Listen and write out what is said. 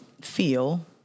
feel